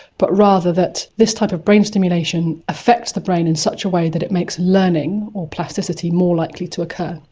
but rather that this type of brain stimulation affects the brain in such a way that it makes learning or plasticity more likely to occur.